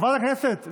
--- חברת הכנסת,